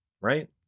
right